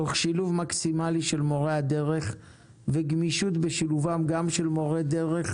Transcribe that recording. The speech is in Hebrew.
תוך שילוב מקסימלי של מורי הדרך וגמישות בשילובם גם של מורי דרך